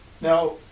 Now